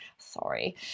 Sorry